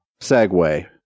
segue